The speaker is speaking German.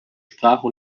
sprache